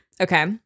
Okay